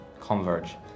converge